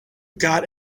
got